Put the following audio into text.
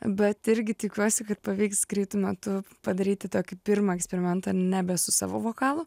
bet irgi tikiuosi kad pavyks greitu metu padaryti tokį pirmą eksperimentą nebesu savo vokalu